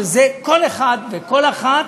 וכל אחד וכל אחת